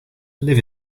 live